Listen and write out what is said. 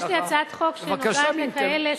יש לי הצעת חוק שנוגעת לכאלה,